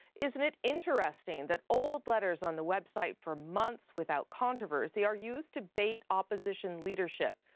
isn't it interesting that old letters on the website for months without controversy are used to bait opposition leadership?